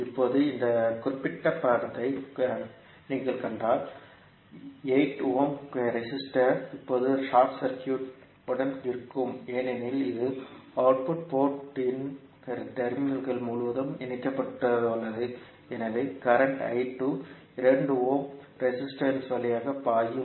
இப்போது இந்த குறிப்பிட்ட படத்தை நீங்கள் கண்டால் 8 ஓம் ரெஸிஸ்டர் இப்போது ஷார்ட் சர்க்யூட் உடன் இருக்கும் ஏனெனில் இது அவுட்புட் போர்ட் இன் டெர்மினல்கள் முழுவதும் இணைக்கப்பட்டுள்ளது எனவே கரண்ட் 2 ஓம் ரெசிஸ்டன்ஸ் வழியாக பாயும்